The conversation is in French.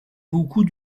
beaucoup